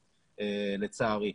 לצערי,